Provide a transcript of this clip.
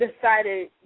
decided